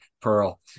Pearl